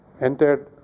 entered